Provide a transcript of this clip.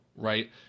right